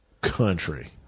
country